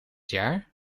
jaar